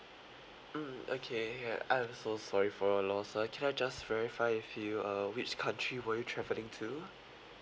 mm okay uh I'm so sorry for your loss uh can I just verify with you uh which country were you travelling to